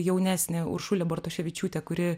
jaunesnė uršulė bartoševičiūtė kuri